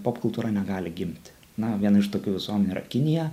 popkultūra negali gimti na viena iš tokių visuomenių yra kinija